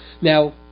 Now